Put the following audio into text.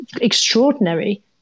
extraordinary